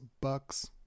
Bucks